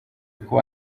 kuba